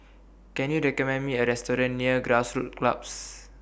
Can YOU recommend Me A Restaurant near Grassroots Club